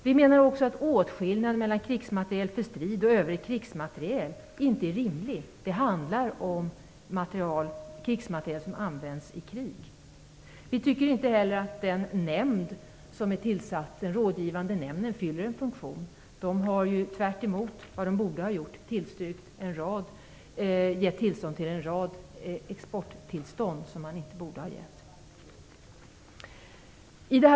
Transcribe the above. Vi menar också att åtskillnaden mellan krigsmateriel för strid och övrig krigsmateriel inte är rimlig - det handlar om materiel som används i krig. Vi tycker inte heller att den rådgivande nämnd som har tillsatts fyller en funktion. Den har tvärtemot vad den borde ha gjort tillstyrkt en rad exporttillstånd som man inte borde ha givit.